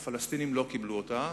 הפלסטינים לא קיבלו אותה,